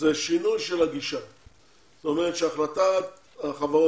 את היעד הארצי אבל עדיין אם יורדים לפרטים,